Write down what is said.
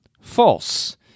False